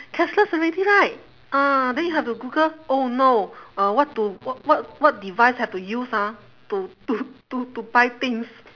cashless already right ah then you have to google oh no uh what to wh~ what what device have to use ah to to to to buy things